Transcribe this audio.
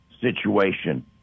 situation